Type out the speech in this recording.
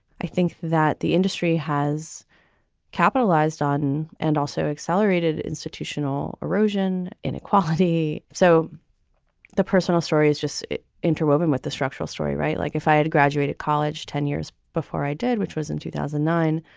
i think that the industry has capitalized on and also accelerated institutional erosion, inequality. so the personal story is just interwoven with the structural story. right. like if i had graduated college ten years before i did, which was in two thousand and nine,